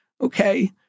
Okay